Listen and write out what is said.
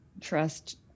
trust